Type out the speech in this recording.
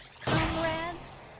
comrades